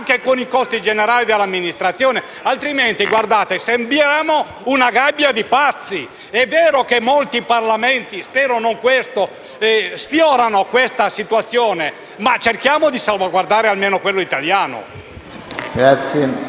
sono sempre molto attento alle sue argomentazioni, anche perché di solito hanno uno spirito liberale, ma credo che in questo caso lei non abbia colto il problema. Il vero problema